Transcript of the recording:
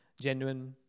genuine